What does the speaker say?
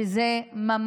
השרה שקד,